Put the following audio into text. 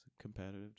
competitive